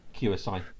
qsi